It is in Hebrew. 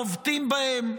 חובטים בהם.